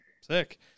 sick